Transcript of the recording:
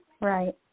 Right